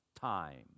time